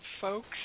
folks